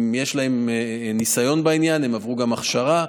יש להם ניסיון בעניין, הם עברו גם הכשרה.